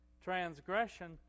Transgression